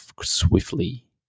swiftly